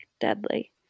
deadly